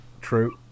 True